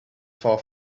far